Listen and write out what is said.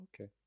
Okay